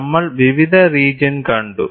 നമ്മൾ വിവിധ റീജിയൺ കണ്ടു